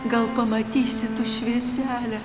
gal pamatysi tu švieselę